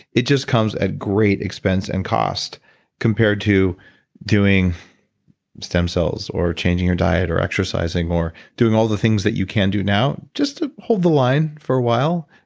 it just comes at great expense and cost compared to doing stem cells or changing your diet or exercising or doing all the things that you can do now just to hold the line for a while.